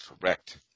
Correct